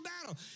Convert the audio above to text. battle